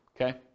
Okay